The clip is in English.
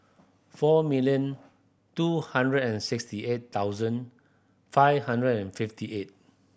four million two hundred and sixty eight thousand five hundred and fifty eight